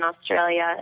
Australia